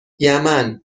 یمن